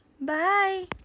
Bye